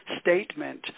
statement